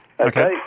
Okay